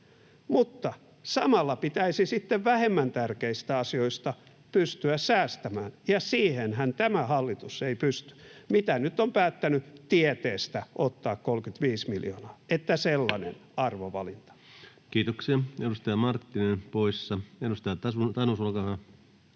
mutta samalla pitäisi sitten vähemmän tärkeistä asioista pystyä säästämään, ja siihenhän tämä hallitus ei pysty — mitä nyt on päättänyt tieteestä ottaa 35 miljoonaa. Että sellainen arvovalinta. [Speech 138] Speaker: Ensimmäinen varapuhemies